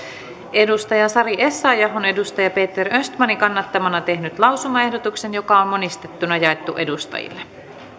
sari essayah on peter östmanin kannattamana tehnyt lausumaehdotuksen joka on monistettuna jaettu edustajille